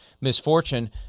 misfortune